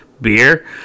beer